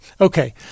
Okay